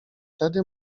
tedy